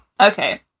Okay